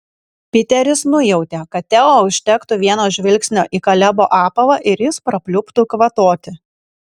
piteris nujautė kad teo užtektų vieno žvilgsnio į kalebo apavą ir jis prapliuptų kvatoti